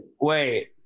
Wait